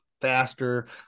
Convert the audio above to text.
faster